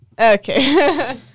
Okay